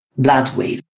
Bloodwave